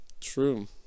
True